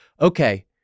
okay